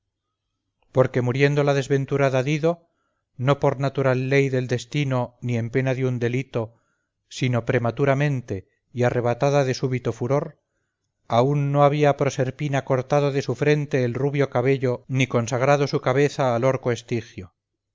porque muriendo la desventurada dido no por natural ley del destino ni en pena de un delito sino prematuramente y arrebatada de súbito furor aun no había proserpina cortado de su frente el rubio cabello ni consagrado su cabeza al